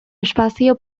espazio